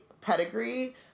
pedigree